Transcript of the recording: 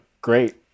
great